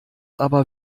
aber